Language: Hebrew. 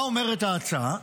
מה אומרת ההצעה?